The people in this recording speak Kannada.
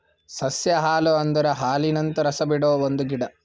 ಸಸ್ಯ ಹಾಲು ಅಂದುರ್ ಹಾಲಿನಂತ ರಸ ಬಿಡೊ ಒಂದ್ ಗಿಡ